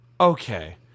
Okay